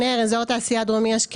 רשימת היישובים באזור המיוחד אשר